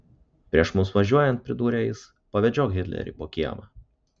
prieš mums važiuojant pridūrė jis pavedžiok hitlerį po kiemą